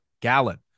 gallon